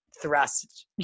thrust